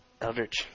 Eldritch